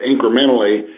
incrementally